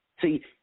See